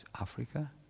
Africa